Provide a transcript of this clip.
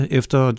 efter